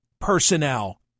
personnel